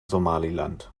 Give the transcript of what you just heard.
somaliland